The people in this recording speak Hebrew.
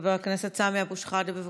חבר הכנסת סמי אבו שחאדה, בבקשה.